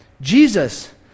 Jesus